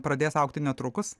pradės augti netrukus